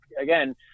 again